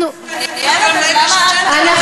אנחנו, שמממנים לבודדים.